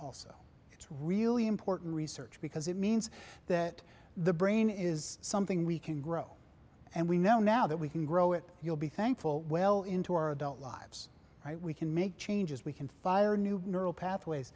it's really important research because it means that the brain is something we can grow and we know now that we can grow it you'll be thankful well into our adult lives we can make changes we can fire new neural pathways